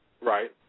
Right